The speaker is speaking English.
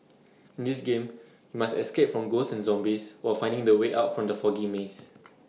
in this game you must escape from ghosts and zombies while finding the way out from the foggy maze